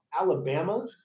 Alabama